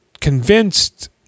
convinced